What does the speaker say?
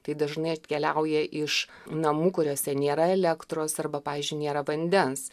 tai dažnai atkeliauja iš namų kuriuose nėra elektros arba pavyzdžiui nėra vandens